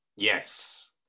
Yes